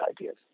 ideas